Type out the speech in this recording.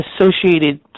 associated